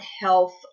health